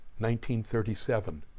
1937